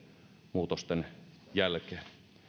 muutosten jälkeen